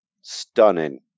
stunning